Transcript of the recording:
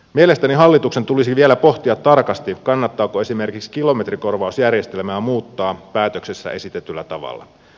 mielestäni hallituksen tulisi vielä pohtia tarkasti kannattaako esimerkiksi kilometrikorvausjärjestelmää muuttaa päätöksessä esitetyllä tavalla